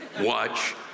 watch